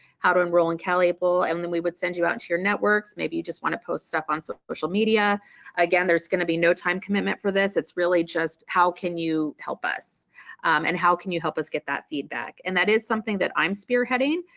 how to enroll in calable, and then we would send you out to your networks. maybe you just want to post stuff on social media again there's going to be no time commitment for this. it's really just how can you help us and how can you help us get that feedback and that is something that i'm spearheading.